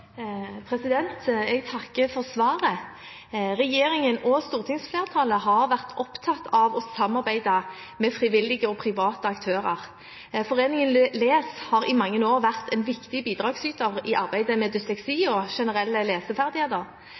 Jeg takker for svaret. Regjeringen og stortingsflertallet har vært opptatt av å samarbeide med frivillige og private aktører. Foreningen !les har i mange år vært en viktig bidragsyter i arbeidet med dysleksi og generelle leseferdigheter.